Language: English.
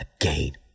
again